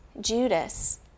Judas